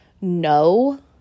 no